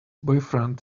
boyfriend